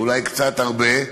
ואולי קצת הרבה.